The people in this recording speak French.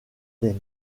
des